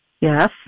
Yes